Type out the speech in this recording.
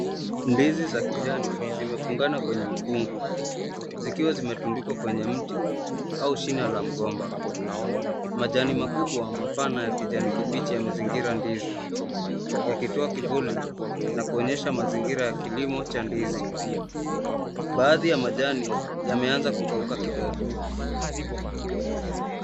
Ndizi za kijani zimefungana kwenye mkungu, zikiwa zimetundukwa kwenye mti au shina ya mgomba. Majani makubwa mapana ya kijani kibichi yamezingira ndizi yakitoa kivuli na kuonyesha mazingira ya kilimo cha ndizi. Baadhi ya majani yameanza kukauka kidogo.